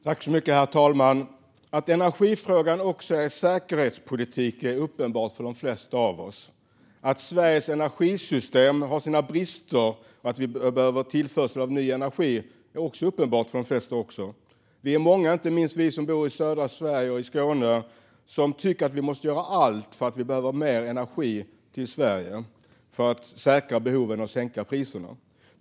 Herr talman! Att energifrågan också är säkerhetspolitik är uppenbart för de flesta av oss. Att Sveriges energisystem har sina brister och att vi behöver tillförsel av ny energi är även det uppenbart för de flesta av oss. Vi är många som bor i södra Sverige och i Skåne som tycker att vi måste göra allt för att få mer till Sverige för att säkra behoven och sänka priserna.